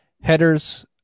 headers